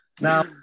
Now